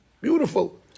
Beautiful